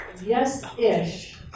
Yes-ish